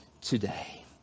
today